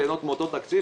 לנו כלכלנים,